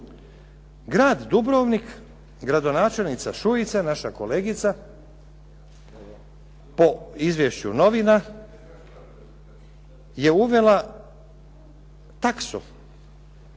Grad Dubrovnik, gradonačelnica Šuica, naša kolegica po izvješću novina je uvela taksu